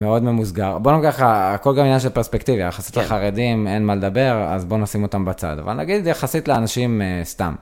מאוד ממוסגר. בואו נגיד ככה, הכל גם עניין של פרספקטיביה, יחסית לחרדים אין מה לדבר אז בואו נשים אותם בצד, אבל נגיד יחסית לאנשים סתם.